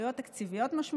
עלויות תקציביות משמעותיות